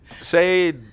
say